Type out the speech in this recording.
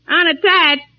Unattached